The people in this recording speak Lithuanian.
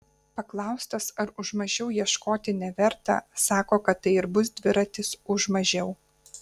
paklaustas ar už mažiau ieškoti neverta sako kad tai ir bus dviratis už mažiau